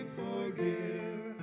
forgive